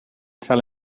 tell